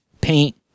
Paint